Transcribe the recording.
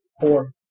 Four